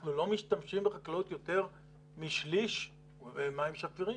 אנחנו לא משתמשים בחקלאות יותר משליש מים שפירים,